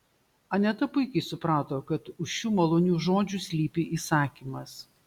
aneta puikiai suprato kad už šių malonių žodžių slypi įsakymas